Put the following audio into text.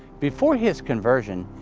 before his conversion,